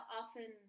often